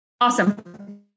Awesome